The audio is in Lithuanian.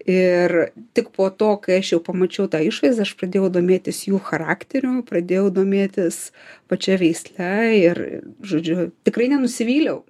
ir tik po to kai aš jau pamačiau tą išvaizdą aš pradėjau domėtis jų charakteriu pradėjau domėtis pačia veisle ir žodžiu tikrai nenusivyliau